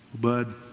Bud